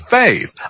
faith